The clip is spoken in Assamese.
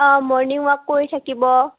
অঁ মৰ্ণিং ৱাক কৰি থাকিব